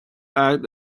act